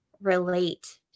relate